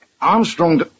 Armstrong